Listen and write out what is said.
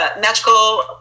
Magical